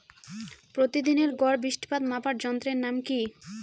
প্রতিদিনের গড় বৃষ্টিপাত মাপার যন্ত্রের নাম কি?